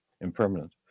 impermanent